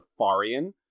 Safarian